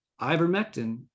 Ivermectin